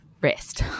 rest